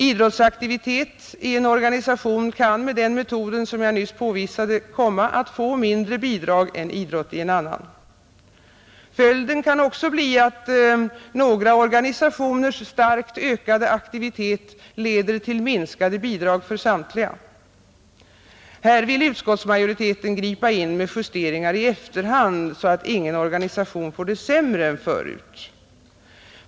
Idrottsaktivitet i en organisation kan med denna metod, som jag nyss påvisade, komma att få mindre bidrag än idrott i en annan, Följden kan också bli att några organisationers starkt ökade aktivitet leder till minskade bidrag för samtliga. Här vill utskottsmajoriteten gripa in med justeringar i efterhand så att ingen organisation får det sämre än förut.